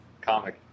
comic